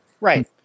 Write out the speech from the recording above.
Right